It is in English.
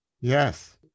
Yes